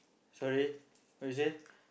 sorry what you say